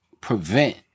prevent